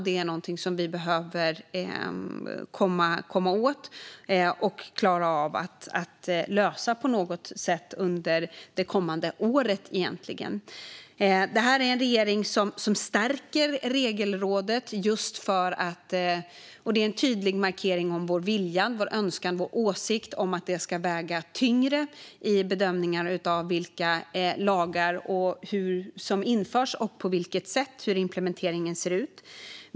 Det är något som vi behöver komma åt och klara av att lösa på något sätt under det kommande året. Att regeringen stärker Regelrådet är en tydlig markering av vår vilja, vår önskan och vår åsikt att rådet ska väga tyngre när det gäller bedömningar av vilka lagar som införs och på vilket sätt samt hur implementeringen ska se ut.